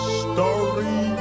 story